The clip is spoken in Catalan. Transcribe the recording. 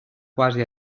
quasi